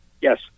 Yes